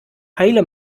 heile